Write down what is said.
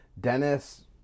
Dennis